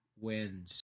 wins